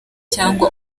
cyangwa